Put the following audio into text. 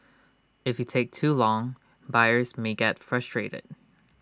if you take too long buyers may get frustrated